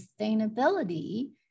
sustainability